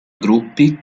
gruppi